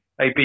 AB